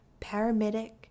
Paramedic